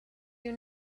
you